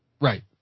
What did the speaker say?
Right